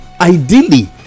ideally